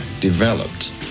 developed